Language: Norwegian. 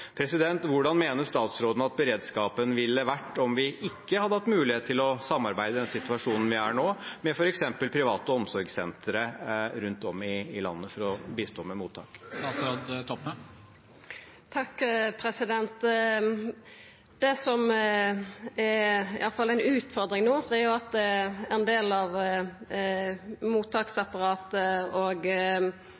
Hvordan mener statsråden at beredskapen ville vært om vi ikke hadde hatt mulighet i den situasjonen vi er nå, til å samarbeide med f.eks. private omsorgssentre rundt om i landet for å bistå med mottak? Det som i alle fall er ei utfordring no, er at ein del av